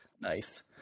nice